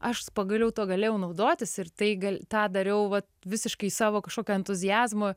aš pagaliau tuo galėjau naudotis ir tai gal tą dariau vat visiškai savo kažkokio entuziazmo